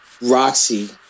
Roxy